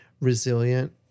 resilient